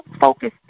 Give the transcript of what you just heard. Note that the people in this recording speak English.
focus